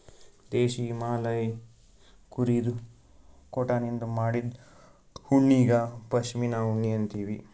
ದೇಶೀ ಹಿಮಾಲಯ್ ಕುರಿದು ಕೋಟನಿಂದ್ ಮಾಡಿದ್ದು ಉಣ್ಣಿಗಾ ಪಶ್ಮಿನಾ ಉಣ್ಣಿ ಅಂತೀವಿ